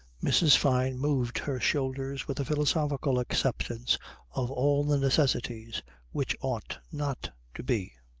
mrs. fyne moved her shoulders with a philosophical acceptance of all the necessities which ought not to be.